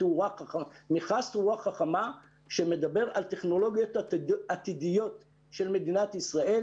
תאורה חכמה שמדבר על טכנולוגיות עתידיות של מדינת ישראל,